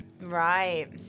Right